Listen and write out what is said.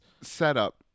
setup